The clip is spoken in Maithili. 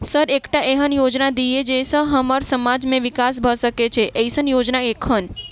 सर एकटा एहन योजना दिय जै सऽ हम्मर समाज मे विकास भऽ सकै छैय एईसन योजना एखन?